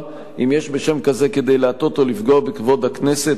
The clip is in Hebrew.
אם יש בשם כזה כדי להטעות או לפגוע בכבוד הכנסת,